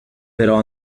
però